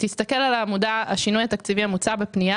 תסתכל על העמודה "השינוי התקציבי המוצע בפנייה,